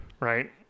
right